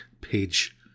Page